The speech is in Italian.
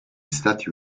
stati